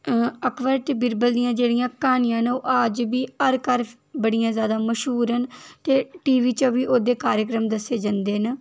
अकबर ते बीरवल दियां जेह्ड़िया क्हानियां ना ओह् अज्ज बी हर घर बड़ियां ज्यादा मश्हूर न ते टि बी च बी ओह्दे कार्याक्रम दस्से जंदे न